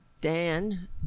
Dan